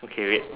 okay wait